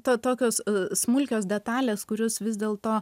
to tokios smulkios detalės kurios vis dėl to